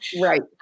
Right